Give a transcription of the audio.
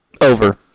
Over